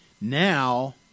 Now